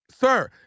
Sir